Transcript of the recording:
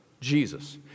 Jesus